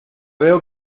veo